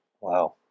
Wow